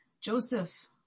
Joseph